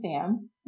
Sam